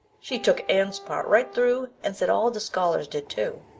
she took anne's part right through and said all the scholars did too.